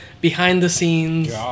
behind-the-scenes